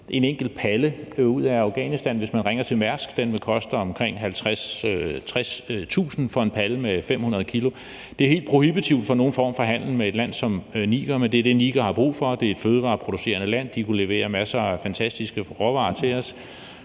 en enkelt palle med 500 kg ud af Afghanistan koste omkring 50.000-60.000 kr. Det er helt prohibitivt for nogen form for handel med et land som Niger, men det er det, Niger har brug for. Det er et fødevareproducerende land, og de kunne levere masser af fantastiske råvarer til os